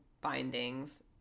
bindings